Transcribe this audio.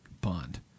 Bond